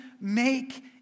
make